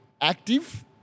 active